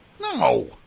No